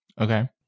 Okay